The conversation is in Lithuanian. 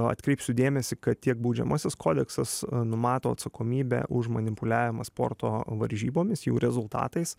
atkreipsiu dėmesį kad tiek baudžiamasis kodeksas numato atsakomybę už manipuliavimą sporto varžybomis jų rezultatais